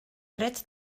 drets